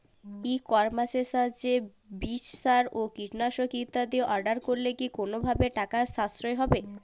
ই কমার্সের সাহায্যে বীজ সার ও কীটনাশক ইত্যাদি অর্ডার করলে কি কোনোভাবে টাকার সাশ্রয় হবে?